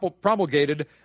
promulgated